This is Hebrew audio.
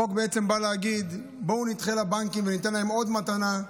החוק בעצם בא להגיד: בואו נדחה לבנקים וניתן להם עוד מתנה,